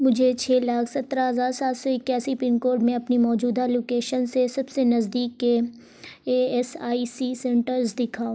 مجھے چھ لاکھ سترہ ہزار سات سو اکیاسی پن کوڈ میں اپنی موجودہ لوکیشن سے سب سے نزدیک کے A S I C centres دکھاؤ